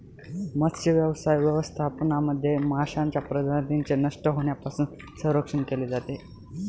मत्स्यव्यवसाय व्यवस्थापनामध्ये माशांच्या प्रजातींचे नष्ट होण्यापासून संरक्षण केले जाते